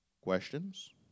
Questions